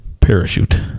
Parachute